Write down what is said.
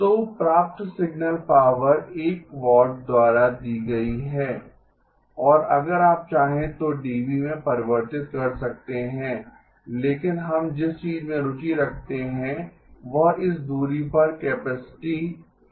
तो प्राप्त signal power 1 W ¿ द्वारा दी गई है और अगर आप चाहें तो dB में परिवर्तित कर सकते हैं लेकिन हम जिस चीज में रुचि रखते हैं वह इस दूरी पर कैपेसिटी है